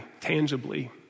tangibly